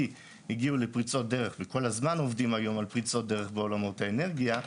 הגיעו לפריצות דרך וכל הזמן עובדים היום על פריצות דרך בעולמות האנרגיה,